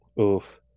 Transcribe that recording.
Oof